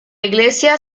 iglesia